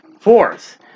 Fourth